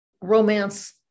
romance